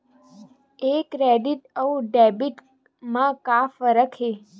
ये क्रेडिट आऊ डेबिट मा का फरक है?